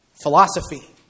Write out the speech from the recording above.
Philosophy